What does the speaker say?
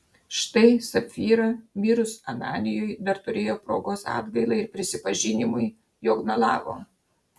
štai sapfyra mirus ananijui dar turėjo progos atgailai ir prisipažinimui jog melavo